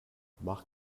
mach